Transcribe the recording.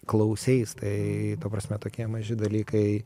klauseis tai ta prasme tokie maži dalykai